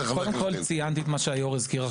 ציינתי מה שהיו"ר הזכיר,